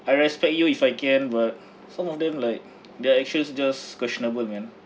I respect you if I can but some of them like their actions just questionable man